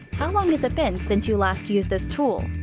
how long has it been since you last use this tool?